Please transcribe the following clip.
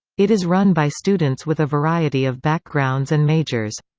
it is run by students with a variety of backgrounds and majors.